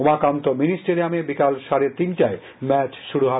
Umakanta mini স্টেডিয়ামে বিকাল সাড়ে তিনটায় ম্যাচ শুরু হবে